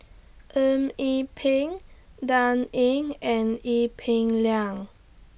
Eng Yee Peng Dan Ying and Ee Peng Liang